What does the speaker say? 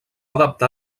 adaptar